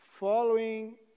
following